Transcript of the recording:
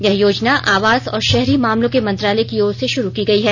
यह योजना आवास और शहरी मामलों के मंत्रालय की ओर से शुरू की गई है